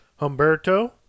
Humberto